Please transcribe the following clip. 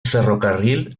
ferrocarril